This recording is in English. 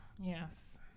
yes